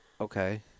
Okay